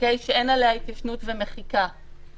שאין עליה התיישנות ומחיקה,